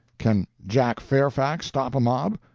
can jack fairfax stop a mob!